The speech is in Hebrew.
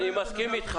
אני מסכים איתך.